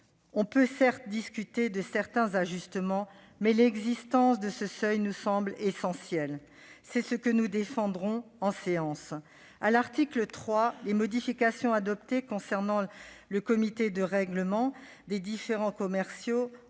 on peut discuter de certains ajustements, mais l'existence de ce seuil nous semble essentielle. C'est ce que nous défendrons lors de nos débats. À l'article 3, les modifications adoptées concernant le comité de règlement des différends commerciaux